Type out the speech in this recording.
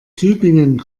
tübingen